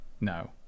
no